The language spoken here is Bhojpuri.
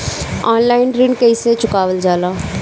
ऑनलाइन ऋण कईसे चुकावल जाला?